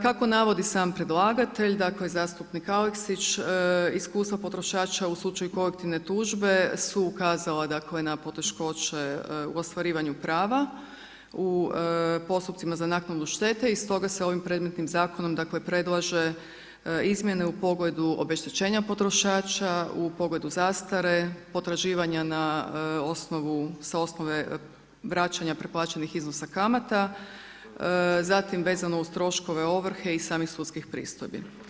Kako navodi sam predlagatelj, dakle zastupnik Aleksić iskustva potrošača u slučaju kolektivne tužbe su ukazala na poteškoće u ostvarivanju prava u postupcima za naknadu štete i stoga se ovim predmetnim zakonom predlaže izmjene u pogledu obeštećenja potrošača, u pogledu zastare, potraživanja na osnovu, sa osnove vraćanja preplaćenih iznosa kamata, zatim vezano uz troškove ovrhe i samih sudskih pristojbi.